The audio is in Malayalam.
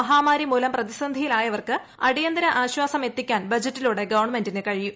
മഹാമാരി മൂലം പ്രതിസന്ധിയിലായവർക്ക് അടിയന്തര ആശ്വാസമെത്തിക്കാൻ ബജറ്റിലൂടെ ഗവൺമെന്റിന് കഴിയും